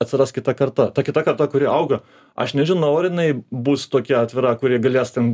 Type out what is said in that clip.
atsiras kita karta ta kita karta kuri augo aš nežinau ar jinai bus tokia atvira kuri galės ten